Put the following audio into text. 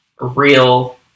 real